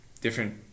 Different